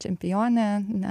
čempionė ne